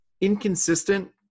inconsistent